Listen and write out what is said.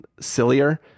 sillier